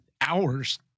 hours